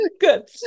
good